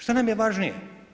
Šta nam je važnije?